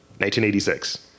1986